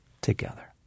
together